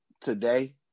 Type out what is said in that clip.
today